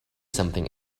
something